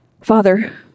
Father